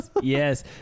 yes